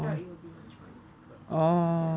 I thought it will be much more difficult ya